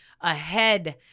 ahead